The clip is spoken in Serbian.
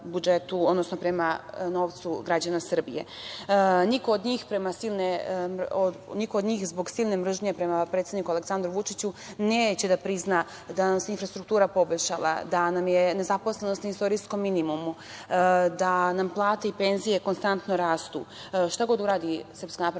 odnosno prema novcu građana Srbije. Niko od njih, zbog silne mržnje prema predsedniku Aleksandru Vučiću, neće da prizna da nam se infrastruktura poboljšala, da nam je nezaposlenost na istorijskom minimumu, da nam plate i penzije konstantno rastu. Šta god uradi SNS oni